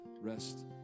rest